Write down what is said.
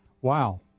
Wow